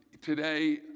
today